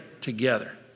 together